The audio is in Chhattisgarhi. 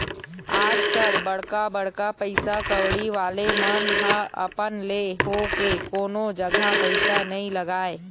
आजकल बड़का बड़का पइसा कउड़ी वाले मन ह अपन ले होके कोनो जघा पइसा नइ लगाय